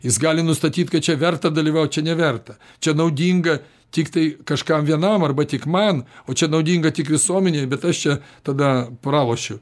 jis gali nustatyt kad čia verta dalyvaut čia neverta čia naudinga tiktai kažkam vienam arba tik man o čia naudinga tik visuomenei bet aš tada pralošiu